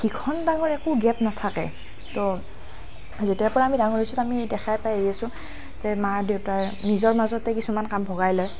ভীষণ ডাঙৰ একো গেপ নাথাকে তো যেতিয়াৰ পৰাই আমি ডাঙৰ হৈছোঁ আমি দেখাই পাই আহিছোঁ যে মা দেউতাৰ নিজৰ মাজতে কিছুমান কাম ভগাই লয়